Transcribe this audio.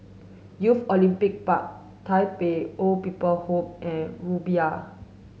Youth Olympic Park Tai Pei Old People's Home and Rumbia